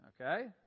okay